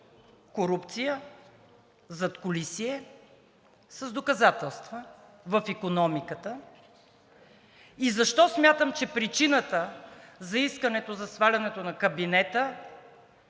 корупция, задкулисие с доказателства в икономиката и защо смятам, че причината за искането за свалянето на кабинета